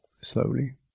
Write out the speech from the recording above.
slowly